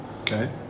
Okay